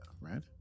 right